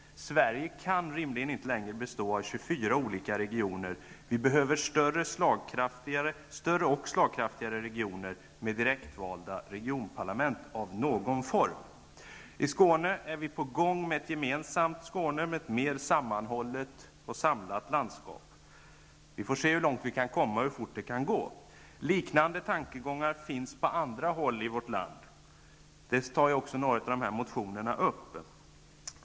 Sverige kan rimligen inte längre bestå av 24 olika regioner. Vi behöver större och slagkraftigare regioner med direkt valda regionparlament i någon form. I Skåne är vi på gång med ett gemensamt Skåne, ett mer sammanhållet och samlat landskap. Vi får se hur långt vi kan komma och hur fort det kan gå. Liknande tankegångar finns på andra håll i vårt land. Det behandlas också i några av dessa motioner.